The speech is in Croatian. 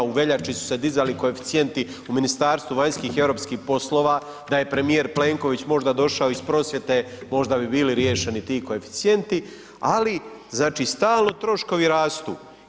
U veljači su se dizali koeficijenti u Ministarstvu vanjskih i europskih poslova, da je premijer Plenković možda došao iz prosvjete možda bi bili riješeni ti koeficijenti, ali stalno troškovi rastu.